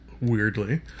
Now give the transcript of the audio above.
weirdly